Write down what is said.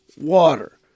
water